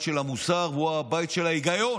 של המוסר והוא בעל הבית של ההיגיון,